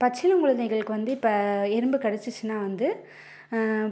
பச்சிளம் குழந்தைகளுக்கு வந்து இப்போ எறும்பு கடிச்சிச்சின்னால் வந்து